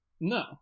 No